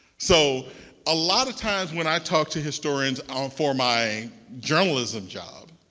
so a lot of times when i talk to historians um for my journalism job,